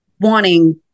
wanting